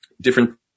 different